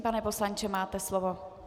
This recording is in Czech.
Pane poslanče, máte slovo.